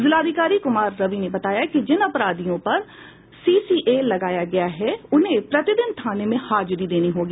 जिलाधिकारी कुमार रवि ने बताया कि जिन अपराधियों पर सीसीए लगाया गया है उन्हें प्रतिदिन थानों में हाजरी देनी होगी